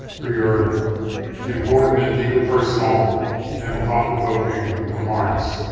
for your important and deeply personal and thought provoking remarks.